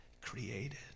created